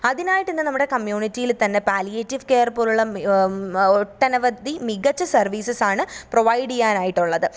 അതിനായിട്ട് ഇന്ന് നമ്മുടെ കമ്മ്യൂണിറ്റിയിൽ തന്നെ പാലിയേറ്റീവ് കെയര് പോലുള്ള ഒട്ടനവധി മികച്ച സര്വീസസാണ് പ്രൊവൈഡ് ചെയ്യാനായിട്ടുള്ളത്